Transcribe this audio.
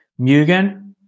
Mugen